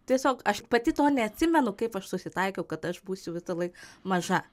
tiesiog aš pati to neatsimenu kaip aš susitaikiau kad aš būsiu visąlaik maža